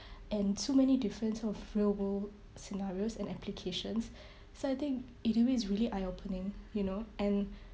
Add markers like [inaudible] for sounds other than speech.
and so many different sort of real world scenarios and applications [breath] so I think either way it's really eye opening you know and [breath]